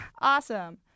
Awesome